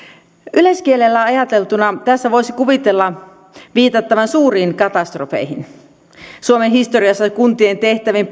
yleiskielellä ajateltuna tässä voisi kuvitella viitattavan suuriin katastrofeihin suomen historiassa kuntien tehtäviin